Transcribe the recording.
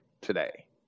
today